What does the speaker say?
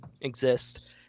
exist